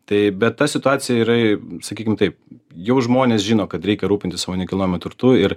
tai bet ta situacija yra sakykim taip jau žmonės žino kad reikia rūpintis savo nekilnojamu turtu ir